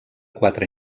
quatre